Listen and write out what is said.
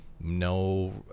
no